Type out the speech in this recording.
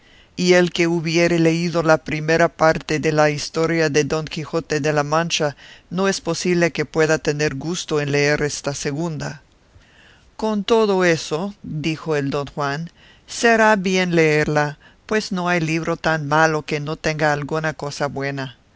y el que hubiere leído la primera parte de la historia de don quijote de la mancha no es posible que pueda tener gusto en leer esta segunda con todo eso dijo el don juan será bien leerla pues no hay libro tan malo que no tenga alguna cosa buena